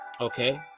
Okay